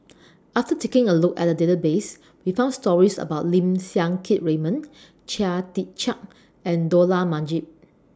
after taking A Look At The Database We found stories about Lim Siang Keat Raymond Chia Tee Chiak and Dollah Majid